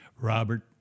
Robert